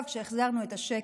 ועכשיו, כשהחזרנו את השקט,